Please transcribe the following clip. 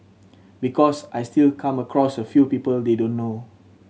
because I still come across a few people they don't know